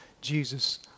Jesus